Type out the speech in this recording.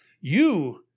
You